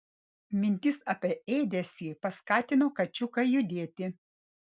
mintis apie ėdesį paskatino kačiuką judėti